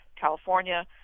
California